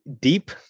deep